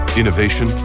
innovation